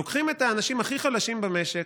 לוקחים את האנשים הכי חלשים במשק,